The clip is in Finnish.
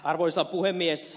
arvoisa puhemies